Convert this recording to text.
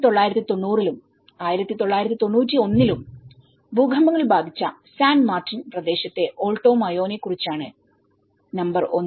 1990 ലും 1991 ലും ഭൂകമ്പങ്ങൾ ബാധിച്ച സാൻ മാർട്ടിൻ പ്രദേശത്തെ ആൾട്ടോ മയോ നെ ക്കുറിച്ചാണ് നമ്പർ 1